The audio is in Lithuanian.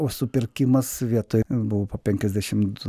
o supirkimas vietoj buvo penkiasdešimt